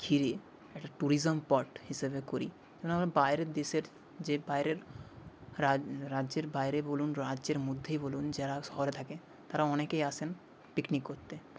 ঘিরে একটা ট্যুরিজম পট হিসেবে করি তাহলে আমরা বাইরের দেশের যে বাইরের রাজ্যের বাইরে বলুন রাজ্যের মধ্যেই বলুন যারা শহরে থাকে তারা অনেকেই আসেন পিকনিক করতে